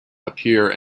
appear